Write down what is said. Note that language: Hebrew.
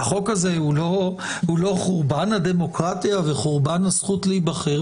החוק הזה הוא לא חורבן הדמוקרטיה וחורבן הזכות להיבחר.